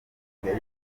bahise